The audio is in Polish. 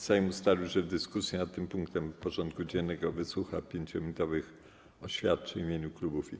Sejm ustalił, że w dyskusji nad tym punktem porządku dziennego wysłucha 5-minutowych oświadczeń w imieniu klubów i koła.